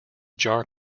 jar